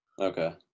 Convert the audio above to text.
Okay